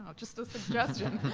just a suggestion.